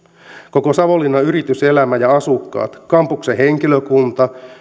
koko savonlinnan yrityselämä ja asukkaat kampuksen henkilökunta